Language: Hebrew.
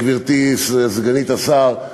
גברתי סגנית השר,